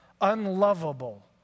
unlovable